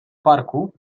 parku